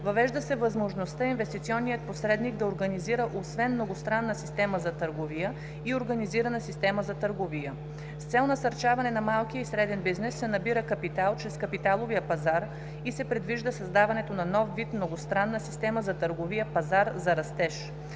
Въвежда се възможността инвестиционният посредник да организира освен многостранна система за търговия, и организирана система за търговия; - С цел насърчаване на малкия и средния бизнес да набира капитал чрез капиталовия пазар се предвижда създаването на нов вид многостранна система за търговия – пазар за растеж;